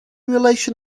relation